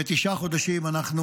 ותשעה חודשים אנחנו,